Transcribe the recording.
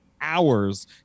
hours